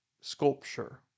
sculpture